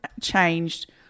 changed